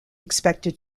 expected